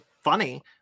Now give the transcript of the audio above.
funny